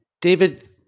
David